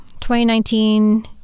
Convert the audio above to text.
2019